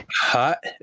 Hot